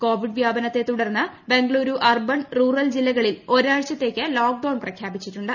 Covid വ്യാപന ത്തെ തുടർന്ന് ബംഗളൂരു അർബൻ റൂറൽ ജില്ലകളിൽ ഒരാഴ്ചത്തേക്ക് ലോക്ഡൌൺ പ്രഖ്യാപിച്ചിട്ടുണ്ട്